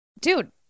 Dude